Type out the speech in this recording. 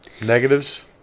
negatives